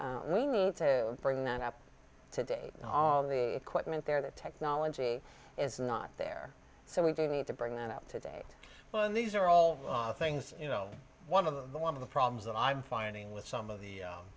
we need to bring that up to date all the equipment there the technology is not there so we do need to bring that up to date these are all things you know one of the one of the problems that i'm finding with some of the